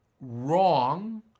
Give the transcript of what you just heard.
wrong